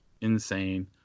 insane